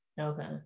Okay